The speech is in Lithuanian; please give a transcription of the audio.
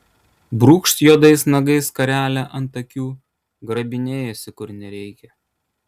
brūkšt juodais nagais skarelę ant akių grabinėjasi kur nereikia